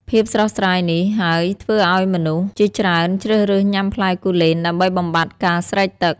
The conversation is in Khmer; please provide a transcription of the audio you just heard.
ភាពស្រស់ស្រាយនេះហើយដែលធ្វើឲ្យមនុស្សជាច្រើនជ្រើសរើសញ៉ាំផ្លែគូលែនដើម្បីបំបាត់ការស្រេកទឹក។